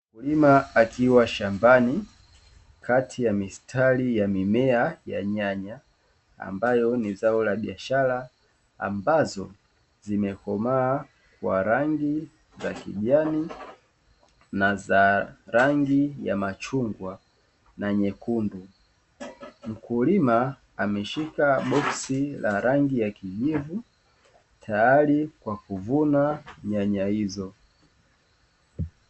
Mkulima akiwa shambani kati ya mistari ya mimea ya nyanya ambayo ni zao la biashara ambazo zimekomaa kwa rangi za kijani na za rangi ya machungwa na nyekundu. Mkulima ameshika boksi la rangi ya kijivu tayari kwa kuvuna nyanya hizo.